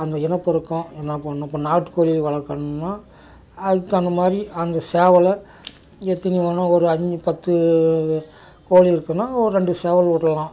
அந்த இனப்பெருக்கம் இப்போ நாட்டு கோழி வளர்க்கனுன்னா அதுக்குத் தகுந்த மாதிரி அந்த சேவலும் எத்தினி வேணும் ஒரு அஞ்சு பத்து கோழி இருக்குனால் ஒரு ரெண்டு சேவல் விடுலாம்